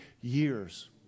years